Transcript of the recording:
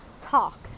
talk